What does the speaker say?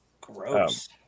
gross